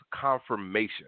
confirmation